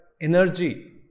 energy